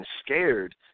scared